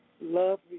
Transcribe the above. Love